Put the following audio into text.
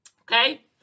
okay